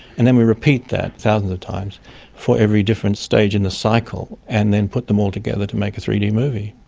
and then we repeat that thousands of times for every different stage in the cycle and then put them all together to make a three d movie.